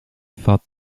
thought